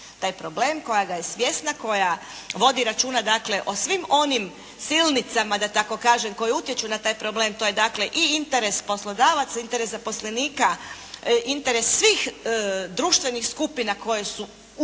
taj problem, koja ga je svjesna, koja vodi računa dakle o svim onim silnicama da tako kažem koje utječu na taj problem, to je dakle i interes poslodavaca, interes zaposlenika, interes svih društvenih skupina koje su u